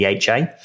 DHA